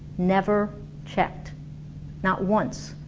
never checked not once,